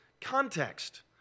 context